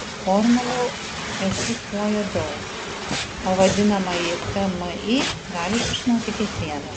formulių egzistuoja daug o vadinamąjį kmi gali sužinoti kiekvienas